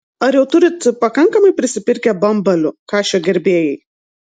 ar jau turit pakankamai prisipirkę bambalių kašio gerbėjai